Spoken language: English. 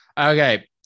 okay